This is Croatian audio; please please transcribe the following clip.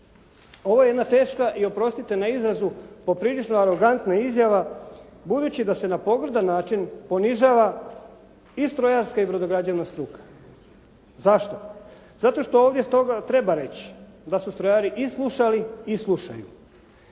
Ovo je jedna teška i oprostite na izrazu poprilično arogantna izjava, budući da se na pogrdan način ponižava i strojarska i brodograđevna struka. Zašto? Zato što ovdje stoga treba reći da su strojari i slušali i slušaju